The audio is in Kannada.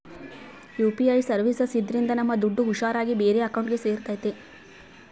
ಯು.ಪಿ.ಐ ಸರ್ವೀಸಸ್ ಇದ್ರಿಂದ ನಮ್ ದುಡ್ಡು ಹುಷಾರ್ ಆಗಿ ಬೇರೆ ಅಕೌಂಟ್ಗೆ ಸೇರ್ತೈತಿ